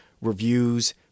reviews